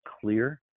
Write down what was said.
clear